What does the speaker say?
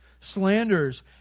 slanders